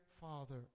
father